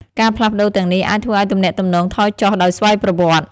ការផ្លាស់ប្តូរទាំងនេះអាចធ្វើឱ្យទំនាក់ទំនងថយចុះដោយស្វ័យប្រវត្តិ។